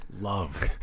Love